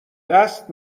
دست